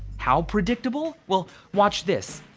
how predictable? well, watch this.